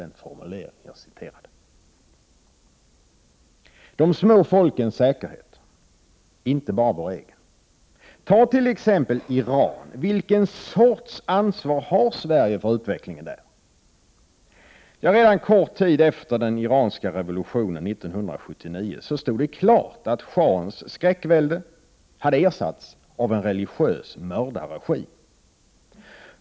Det gäller de små folkens säkerhet, inte bara vår egen. Ta t.ex. Iran! Vilken sorts ansvar har Sverige för utvecklingen där? Redan kort tid efter den iranska revolutionen 1979 stod det klart att shahens skräckvälde hade ersatts av en religiös mördarregim.